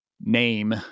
Name